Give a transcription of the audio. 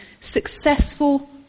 successful